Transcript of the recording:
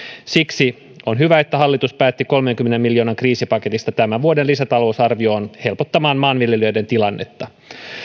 siksi on hyvä että hallitus päätti kolmenkymmenen miljoonan kriisipaketista tämän vuoden lisäta lousarvioon helpottamaan maanviljelijöiden tilannetta